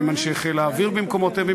עם אנשי חיל האוויר במקומותיהם,